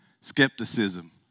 Skepticism